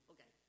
Okay